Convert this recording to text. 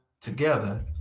together